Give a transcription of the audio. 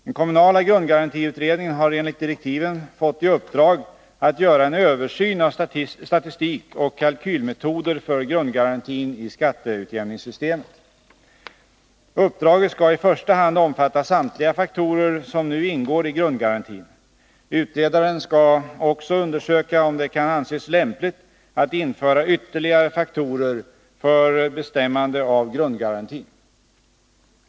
Den kommunala grundgarantiutredningen har enligt direktiven fått i uppdrag att göra en översyn av statistik och kalkylmetoder för grundgarantin i skatteutjämningssystemet. Uppdraget skall i första hand omfatta samtliga faktorer som nu ingår i grundgarantin. Utredaren skall också undersöka om det kan anses lämpligt att införa ytterligare faktorer för bestämmande av grundgarantin.